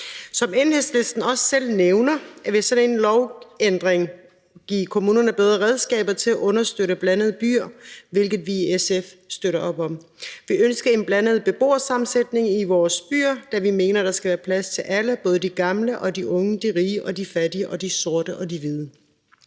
Som Enhedslisten også selv nævner, vil sådan en lovændring give kommunerne bedre redskaber til at understøtte blandede byer, hvilket vi i SF støtter op om. Vi ønsker en blandet beboersammensætning i vores byer, da vi mener, der skal være plads til alle: både de gamle og de unge, de rige og de fattige og de sorte og de hvide.